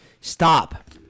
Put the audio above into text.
Stop